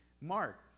Mark